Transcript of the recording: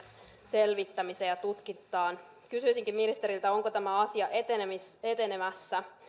selvittämiseen ja tutkintaan kysyisinkin ministeriltä onko tämä asia etenemässä